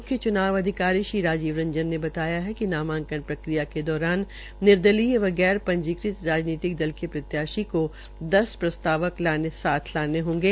म्ख्य च्नाव अधिकारी श्री राजीव रंजन ने बताया कि नामांकन प्रक्रिया के दौरान निर्दलीय व गैर पंजीकृत राजनीतिक दल के प्रत्याशी को दस प्रस्तावक साथ लाने होंगे